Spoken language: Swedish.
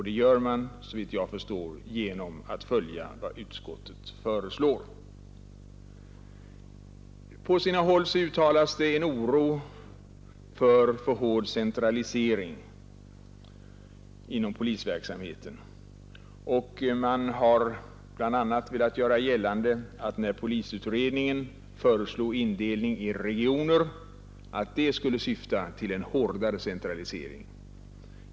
Det gör man, såvitt jag förstår, genom att följa utskottets förslag. På sina håll uttalas det oro för en alltför hård centralisering inom polisverksamheten. Man har bl.a. velat göra gällande att när polisutredningen föreslog indelning i regioner skulle detta syfta till en hårdare centralisering.